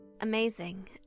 Amazing